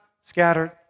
scattered